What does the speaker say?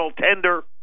tender